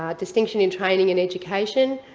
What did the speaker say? um distinction in training and education.